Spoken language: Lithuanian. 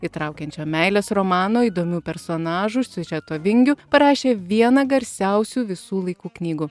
įtraukiančio meilės romano įdomių personažų siužeto vingių parašė viena garsiausių visų laikų knygų